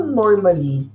normally